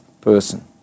person